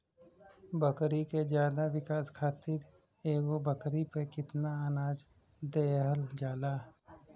बकरी के ज्यादा विकास खातिर एगो बकरी पे कितना अनाज देहल जाला?